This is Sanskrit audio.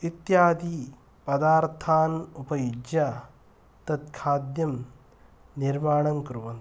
इत्यादि पदार्थान् उपयुज्य तत् खाद्यं निर्माणं कुर्वन्ति